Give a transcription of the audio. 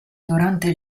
durante